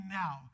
now